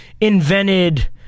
invented